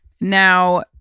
Now